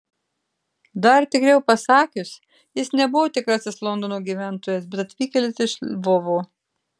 dar tikriau pasakius jis nebuvo tikrasis londono gyventojas bet atvykėlis iš lvovo